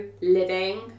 living